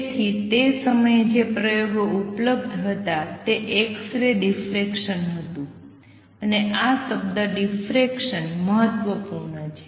તેથી તે સમયે જે પ્રયોગો ઉપલબ્ધ હતા તે એક્સ રે ડિફરેકસન હતું અને આ શબ્દ ડિફરેકસન મહત્વપૂર્ણ છે